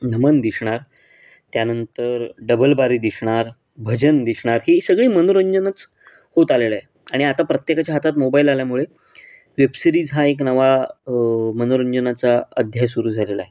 नमन दिसणार त्यानंतर डबलबारी दिसणार भजन दिसणार हे सगळी मनोरंजनच होत आलेलं आहे आणि आता प्रत्येकाच्या हातात मोबाईल आल्यामुळे वेबसिरीज हा एक नवा मनोरंजनाचा अध्याय सुरू झालेला आहे